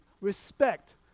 respect